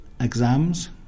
exams